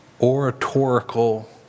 oratorical